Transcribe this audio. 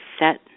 set